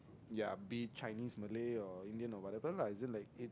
ya be it Chinese Malay or Indian or whatever lah is just that it's